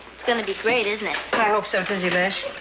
it's going to be great isn't it? i hope so, tizzie lish.